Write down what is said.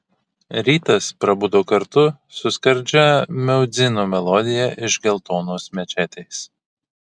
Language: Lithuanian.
rytas prabudo kartu su skardžia muedzino melodija iš geltonos mečetės